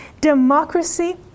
democracy